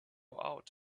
out